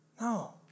No